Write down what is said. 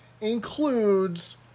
includes